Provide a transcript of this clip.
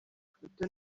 ifoto